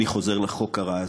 אני חוזר לחוק הרע הזה.